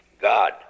god